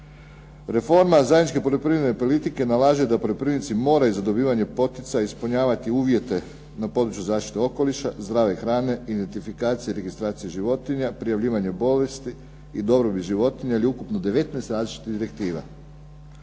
Reforma zajedničke poljoprivredne politike nalaže da poljoprivrednici moraj za dobivanje poticaja ispunjavati uvjete na području zaštite okoliša, zdrave hrane, identifikacije i registracije životinja, prijavljivanje bolesti i dobrobit životinja ili ukupno 19 različitih direktiva.